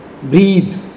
Breathe